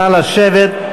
נא לשבת.